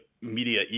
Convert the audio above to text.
media